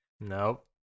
Nope